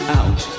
out